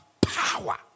power